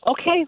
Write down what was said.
okay